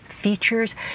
features